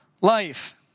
life